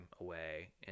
away